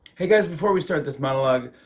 hey, guys, before we start this monologue,